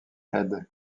head